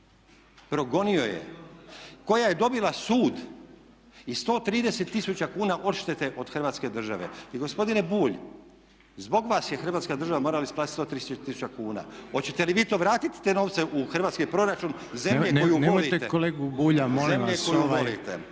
progonio ju je, koja je dobila sud i 130 000 kuna odštete od Hrvatske države. I gospodine Bulj, zbog vas je Hrvatska država morala isplatiti 130 000 kuna. Hoćete li vi to vratiti te novce u hrvatski proračun zemlju koju volite? …/Upadica Reiner: Nemojte kolegu Bulja molim vas. Nemojte kolegu